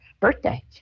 birthday